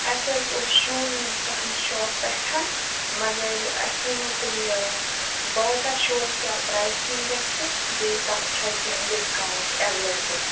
اَسہِ حظ اوس شوٗ نِیُن تُہُنٛدِ شاپ پٮ۪ٹھ مَگر اَسہِ ؤِنِو تُہۍ یہِ باٹا شوٗوَس کیٛاہ پرٛیسِنٛگ گَژھِ بیٚیہِ تَتھ چھا کیٚنٛہہ ڈِسکاوُنٛٹ ایٚویلیبُل